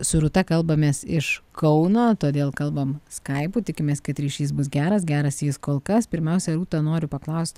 su rūta kalbamės iš kauno todėl kalbam skaipu tikimės kad ryšys bus geras geras jis kol kas pirmiausia rūta noriu paklaust